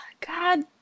God